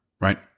right